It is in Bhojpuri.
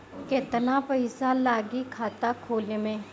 केतना पइसा लागी खाता खोले में?